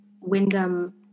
wyndham